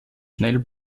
schnell